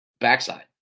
backside